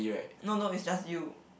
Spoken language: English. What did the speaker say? no no it's just you